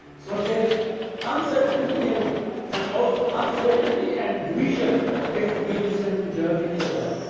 so, there is uncertainty and and also uncertainty and division if we listen to jeremy corbyn.